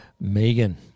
Megan